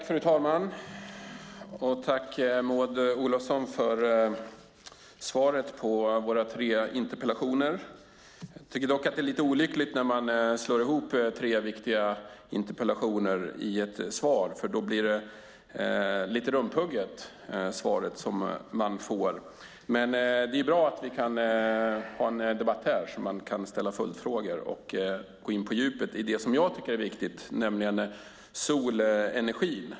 Fru talman! Jag vill tacka Maud Olofsson för svaret på våra tre interpellationer. Det är dock lite olyckligt att slå ihop tre viktiga interpellationer i ett enda svar. Det svar man då får blir lite rumphugget. Men det är bra att vi kan ha en debatt här och att vi kan ställa följdfrågor och gå på djupet med det som jag tycker är viktigt: solenergin.